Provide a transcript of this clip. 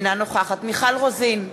אינה נוכחת מיכל רוזין,